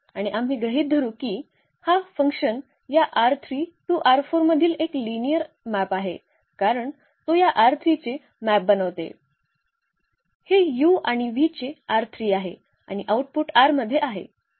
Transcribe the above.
आणि आम्ही गृहित धरू की हा F या मधील एक लिनिअर मॅप आहे कारण तो या चे मॅप बनवते हे u आणि v चे आहे आणि आउटपुट मध्ये आहे